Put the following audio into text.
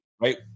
Right